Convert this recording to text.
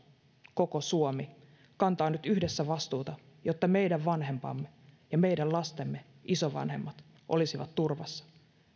koko suomi kantaa nyt yhdessä vastuuta jotta meidän vanhempamme ja meidän lastemme isovanhemmat olisivat turvassa